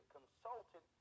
consulted